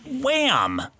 Wham